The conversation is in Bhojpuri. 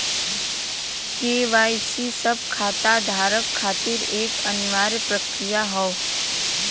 के.वाई.सी सब खाता धारक खातिर एक अनिवार्य प्रक्रिया हौ